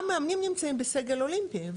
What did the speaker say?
גם מאמנים נמצאים בסגל אולימפי.